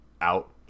out